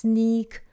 Sneak